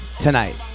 tonight